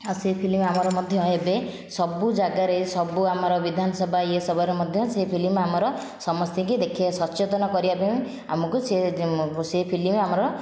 ଆଉ ସେ ଫିଲ୍ମ ଆମର ମଧ୍ୟ ଏବେ ସବୁ ଯାଗାରେ ସବୁ ଆମର ବିଧାନସଭା ଇଏ ସଭାରେ ମଧ୍ୟ ସେ ଫିଲ୍ମ ଆମର ସମସ୍ତଙ୍କୁ ଦେଖାଇବା ସଚେତନ କରିବା ପାଇଁ ଆମକୁ ସେ ସେ ଫିଲ୍ମ ଆମର